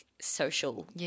social